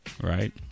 Right